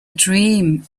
dream